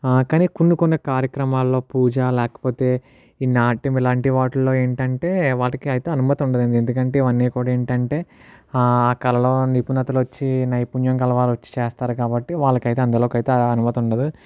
కానీ కొన్ని కొన్ని కార్యక్రమాల్లో పూజ లేకపోతే ఈ నాట్యం ఇలాంటి వాటిల్లో ఏంటంటే వాటికైతే అనుమతి ఉండదు ఎందుకంటే ఇవన్నీ కూడా ఏంటంటే కళలో నిపుణత నైపుణ్యం కలవారు వచ్చి చేస్తారు కాబట్టి వాళ్లకు అ తే అందులోకి అయితే అనుమతి ఉండదు